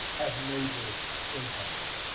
have major impacts.